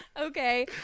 Okay